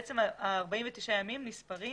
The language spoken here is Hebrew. ה-49 ימים נספרים